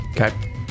Okay